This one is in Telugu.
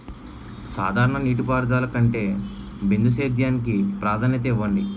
సాధారణ నీటిపారుదల కంటే బిందు సేద్యానికి ప్రాధాన్యత ఇవ్వండి